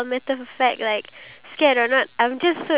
oh what did you eat just now ah